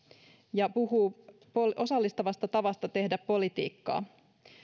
ja puhuu osallistavasta tavasta tehdä politiikkaa